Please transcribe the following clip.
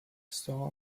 saw